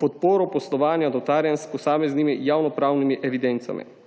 podporo poslovanja notarjem s posameznimi javnopravnimi evidencami.